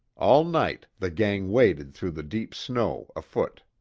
all night the gang waded through the deep snow, afoot.